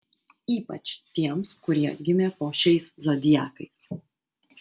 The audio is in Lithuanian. ypač tiems kurie gimė po šiais zodiakais